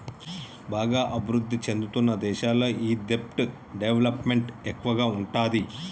బాగా అభిరుద్ధి చెందుతున్న దేశాల్లో ఈ దెబ్ట్ డెవలప్ మెంట్ ఎక్కువగా ఉంటాది